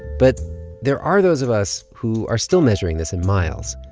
but there are those of us who are still measuring this in miles.